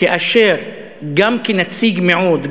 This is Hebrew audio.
כאשר גם כנציג מיעוט,